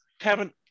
Kevin